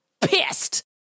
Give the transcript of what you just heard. pissed